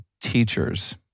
teachers